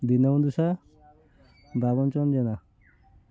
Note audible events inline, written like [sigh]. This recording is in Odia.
ଦିନବନ୍ଧୁ ସ ବାବନ [unintelligible] ଜେନା